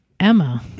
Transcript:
Emma